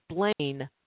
explain